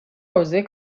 عرضهی